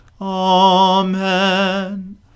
Amen